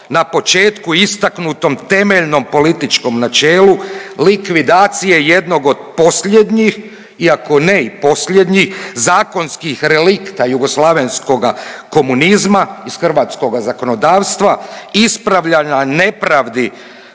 na početku istaknutom temeljnom političkom načelu likvidacije jednog od posljednjih iako ne i posljednji zakonskih relikta jugoslavenskoga komunizma iz hrvatskoga zakonodavstva ispravlja na nepravdi